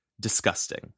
disgusting